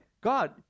God